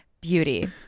Beauty